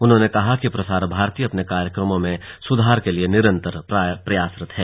उन्होंने कहा कि प्रसार भारती अपने कार्यक्रमो में सुधार के लिए निरंतर प्रयासरत है